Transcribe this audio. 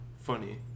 funny